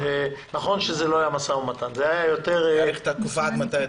נכון שזה לא היה משא ומתן --- להאריך את התקופה עד מתי,